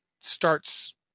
starts